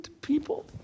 people